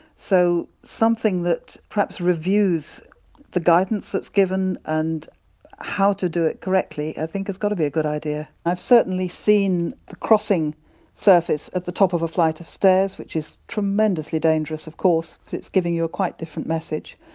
so, something that perhaps reviews the guidance that's given and how to do it correctly, i think has got to be a good idea. i've certainly seen the crossing surface at the top of a flight of stairs, which is tremendously dangerous of course because it's giving you a quite different message,